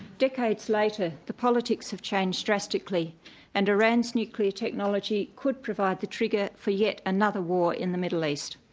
decades later the politics have changed drastically and iran's nuclear technology could provide the trigger for yet another war in the middle east.